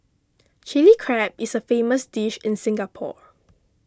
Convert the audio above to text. Chilli Crab is a famous dish in Singapore